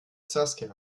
saskia